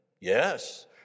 Yes